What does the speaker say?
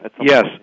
Yes